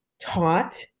taught